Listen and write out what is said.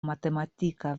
matematika